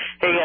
Hey